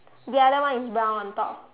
the other one is brown on top